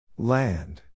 Land